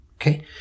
Okay